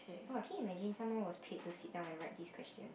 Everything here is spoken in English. !wah! can you imagine someone was paid to sit down and write this question